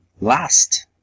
last